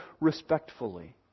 respectfully